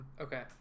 Okay